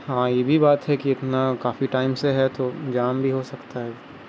ہاں یہ بھی بات ہے کہ اتنا کافی ٹائم سے ہے تو جام بھی ہو سکتا ہے